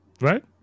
right